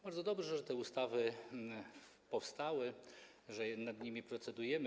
Bardzo dobrze, że te ustawy powstały i że nad nimi procedujemy.